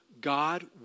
God